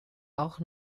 auch